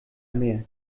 mehr